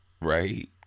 right